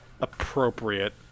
appropriate